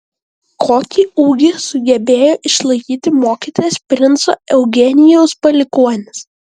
kokį ūgį sugebėjo išlaikyti mokytojas princo eugenijaus palikuonis